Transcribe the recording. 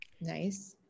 nice